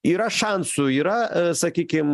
yra šansų yra sakykim